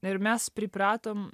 ir mes pripratom